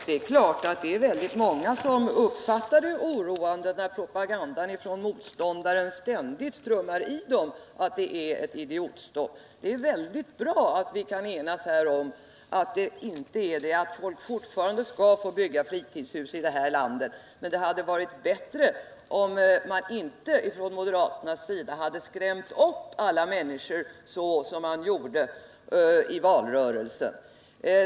Fru talman! Självfallet uppfattar många det som oroande när en propaganda från den motsatta sidan ständigt försöker trumma i dem att det är fråga om ett idiotstopp. Det är mycket bra att vi här kan enas om att så inte är förhållandet och att folk skall få bygga fritidshus i vårt land. Men det hade varit bättre om moderaterna inte hade försökt skrämma upp alla människor på det sätt som man gjorde i valrörelsen.